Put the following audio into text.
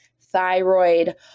thyroid